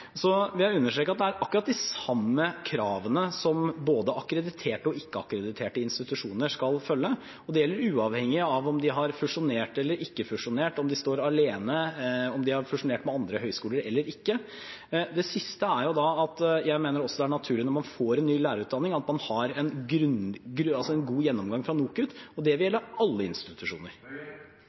Så vil jeg understreke at det er akkurat de samme kravene både akkrediterte og ikke-akkrediterte institusjoner skal følge, og det gjelder uavhengig av om de har fusjonert eller ikke fusjonert, om de står alene, om de har fusjonert med andre høyskoler, eller ikke. Det siste er at jeg også mener det er naturlig at man når man får en ny lærerutdanning, har en god gjennomgang fra NOKUT – og det vil gjelde alle institusjoner.